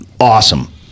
awesome